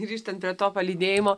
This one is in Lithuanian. grįžtant prie to palydėjimo